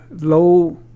low